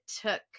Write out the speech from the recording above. took